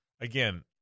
again